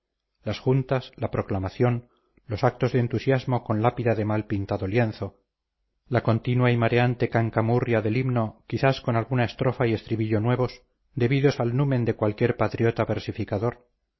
las juntas la proclamación los actos de entusiasmo con lápida de mal pintado lienzo la continua y mareante cancamurria del himno quizás con alguna estrofa y estribillo nuevos debidos al numen de cualquier patriota versificador